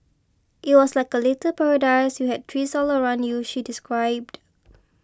it was like a little paradise you had trees all around you she described